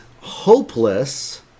hopeless